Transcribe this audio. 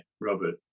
Robert